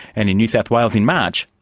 and in new south wales in march,